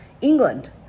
England